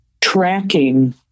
tracking